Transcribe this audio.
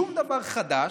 שום דבר חדש.